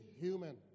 human